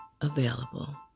available